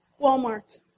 walmart